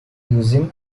using